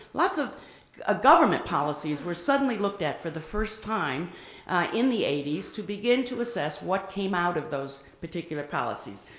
lots of ah government policies were suddenly looked at for the first time in the eighty s to begin to assess what came out of those particular policies.